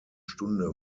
stunde